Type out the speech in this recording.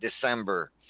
December